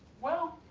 well,